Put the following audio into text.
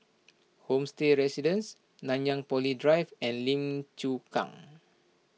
Homestay Residences Nanyang Poly Drive and Lim Chu Kang